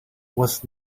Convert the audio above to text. was